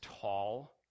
tall